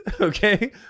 Okay